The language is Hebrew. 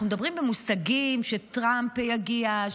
אנחנו מדברים במושגים: כשטראמפ יגיע,